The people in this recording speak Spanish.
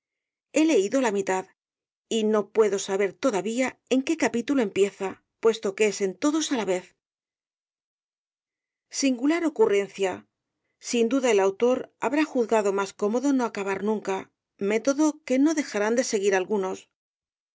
he leído la mitad y no puedo saber todavía en qué capítulo empieza puesto que es en todos á la vez singular ocurrencia sin duda el autor habrá juzgado más cómodo no acabar nunca método que no dejarán de seguir algunos